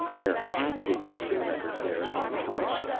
there had been books and records there at one time.